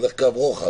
זה הולך בקו רוחב.